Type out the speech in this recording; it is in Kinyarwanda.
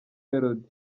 melody